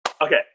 Okay